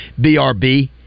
BRB